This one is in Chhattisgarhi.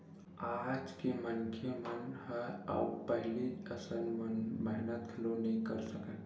आज के मनखे मन ह अब पहिली असन मेहनत घलो नइ कर सकय